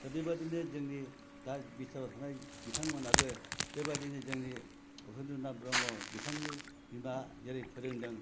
दा बेबायदिनो जोंनि दा बिटिआरआव थानाय बिथांमोनाबो बेबायदिनो जोंनि उपेन्द्र नाथ ब्रह्म बिथांनि बिमा जेरै फोरोंदों